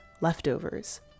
leftovers